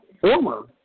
former